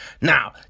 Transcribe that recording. Now